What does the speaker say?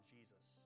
Jesus